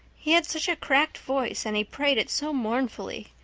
he had such a cracked voice and he prayed it so mournfully.